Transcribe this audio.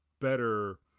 better